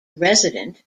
resident